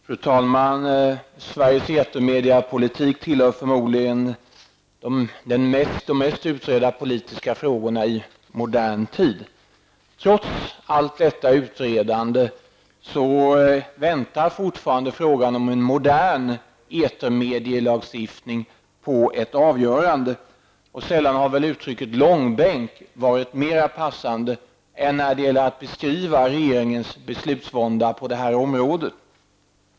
Fru talman! Sveriges etermediepolitik tillhör förmodligen de mest utredda politiska frågorna i modern tid. Trots allt detta utredande väntar fortfarande frågan om en modern etermedielagstiftning på ett avgörande. Sällan har väl uttrycket långbänk varit mer passande än när det gäller att beskriva regeringens beslutsvånda på det här området.